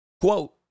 Quote